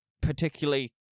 particularly